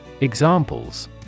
Examples